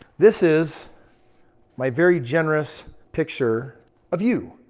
this is my very generous picture of you.